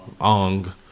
Ong